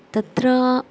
तत्र